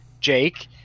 Jake